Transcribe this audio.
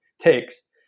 takes